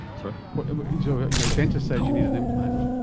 so your your dentist says you need an implant,